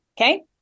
okay